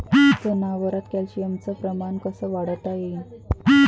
जनावरात कॅल्शियमचं प्रमान कस वाढवता येईन?